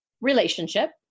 relationship